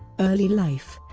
early life